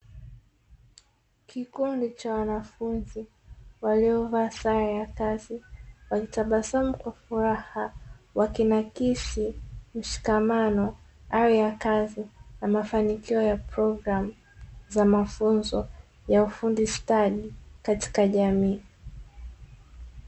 Kikundi cha wanafunzi waliyovaa sare ya kazi wakitabasamu kwa furaha wakinakisi mshikamano, hali ya kazi na mafanikio ya programu za mafunzo ya ufundi stadi katika jamii.